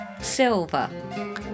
silver